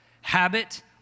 habit